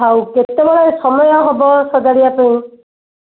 ହଉ କେତେବେଳେ ସମୟ ହେବ ସଜାଡ଼ିବା ପାଇଁ